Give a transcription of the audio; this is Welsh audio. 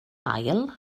ail